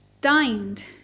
Dined